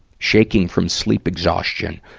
shaking from sleep exhaustion,